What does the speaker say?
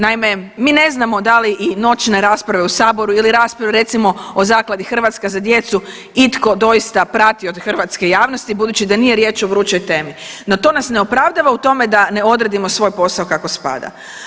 Naime, mi ne znamo da li i noćne rasprave u Saboru ili rasprave, recimo o Zakladi „Hrvatska za djecu“ itko doista prati od hrvatske javnosti budući da nije riječ o vrućoj temi, no to nas ne opravdava u tome da ne odradimo svoj posao kako spada.